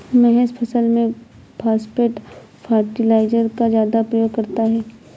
महेश फसल में phosphate fertiliser का ज्यादा प्रयोग करता है